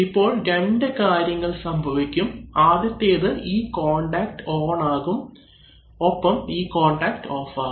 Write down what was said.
ഇപ്പോൾ രണ്ട് കാര്യങ്ങൾ സംഭവിക്കും ആദ്യത്തേത് ഈ കോൺടാക്ട് ഓൺ ആകും ഒപ്പം ഈ കോൺടാക്ട് ഓഫ് ആകും